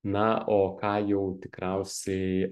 na o ką jau tikriausiai